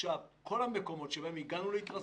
כל המקומות שבהם הגענו להתרסקות,